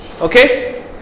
Okay